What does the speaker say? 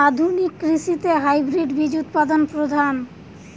আধুনিক কৃষিতে হাইব্রিড বীজ উৎপাদন প্রধান